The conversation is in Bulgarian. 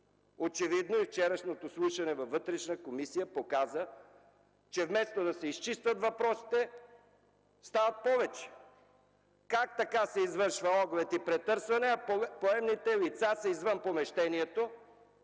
Очевидно е, и вчерашното изслушване във Вътрешна комисия показва, че вместо да се изчистят въпросите, те стават повече: как така се извършва оглед и претърсване, а поемните лица са извън помещението,